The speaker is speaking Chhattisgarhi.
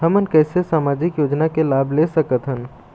हमन कैसे सामाजिक योजना के लाभ ले सकथन?